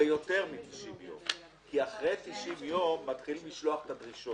זה יותר מתשעים יום כי אחרי תשעים יום מתחילים לשלוח את הדרישות